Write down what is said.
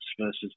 versus